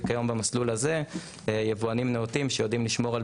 כיום במסלול הזה יבואנים נאותים שיודעים לשמור על